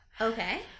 Okay